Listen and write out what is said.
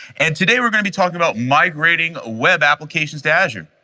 and today we're going to be talking about migrating web applications to azure.